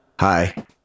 hi